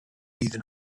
iddyn